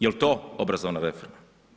Jel to obrazovna reforma?